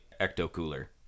ecto-cooler